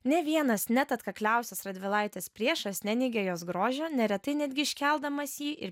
ne vienas net atkakliausias radvilaitės priešas neneigė jos grožio neretai netgi iškeldamas jį ir